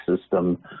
System